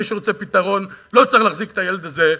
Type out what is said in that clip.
מי שרוצה פתרון לא צריך להחזיק את הילד הזה,